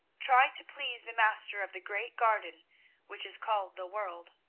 try to please the master of the great garden which is called the world.